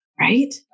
Right